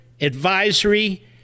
advisory